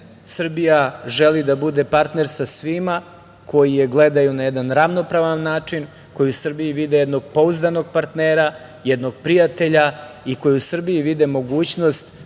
Srbija želi da bude partner sa svima koji je gledaju na jedan ravnopravan način, koji u Srbiji vide jednog pouzdanog partnera, jednog prijatelja i koji u Srbiji vide mogućnost